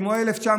כמו 1900?